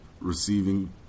receiving